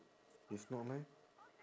if not leh